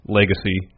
legacy